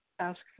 Ask